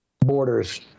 borders